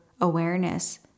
awareness